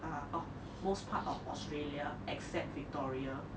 ah oh most part of australia except victoria